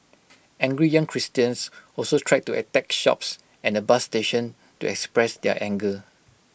angry young Christians also tried to attack shops and A bus station to express their anger